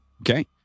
Okay